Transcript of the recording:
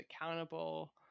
accountable